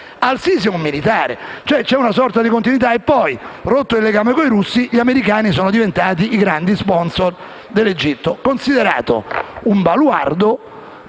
Al-Sisi è un militare e, quindi, vi è una sorta di continuità. Rotto il legame con i russi, gli americani sono diventati i grandi *sponsor* dell'Egitto, considerato un baluardo